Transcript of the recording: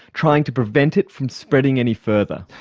trying to prevent it from spreading any further.